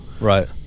Right